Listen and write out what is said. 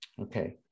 Okay